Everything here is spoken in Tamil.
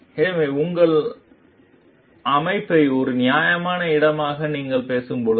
எனவே உங்கள் அமைப்பை ஒரு நியாயமான இடமாக நீங்கள் பேசும்போது